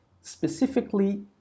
specifically